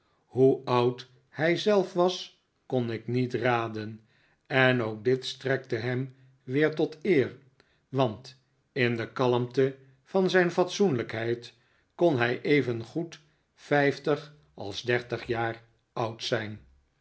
hoe oud hij zelf was kon ik niet raden en ook dit strekte hem weer tot eer want in de kalmte van zijn fatsoenlijkheid kon hij evengoed vijftig als dertig jaar oud zijn